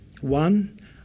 One